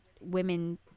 women